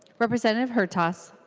representative hertaus